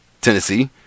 Tennessee